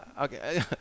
Okay